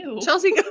Chelsea